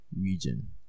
region